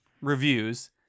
reviews